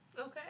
Okay